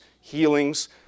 healings